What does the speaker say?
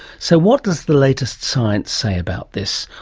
so, what does the latest science say about this?